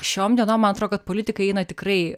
šioms dienom man atrodo kad politikai eina tikrai